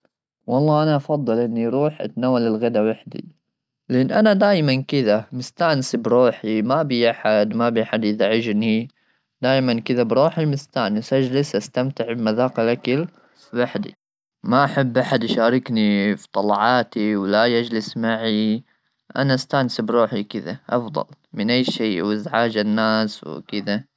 والله انا افضل اني اروح اتناول الغداء وحدي ,لان انا دائما كذا مستانس بروحي ما ابي احد ما في احد يزعجني دائما ,كذا بروحي مستانس اجلس استمتع بمذاق الاكل ,ما احب احد يشاركني في طلعاتي ولا يجلس معي انا استانس بروحي كذا افضل من اي شيء وازعاج الناس وكذا.